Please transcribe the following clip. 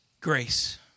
grace